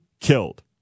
killed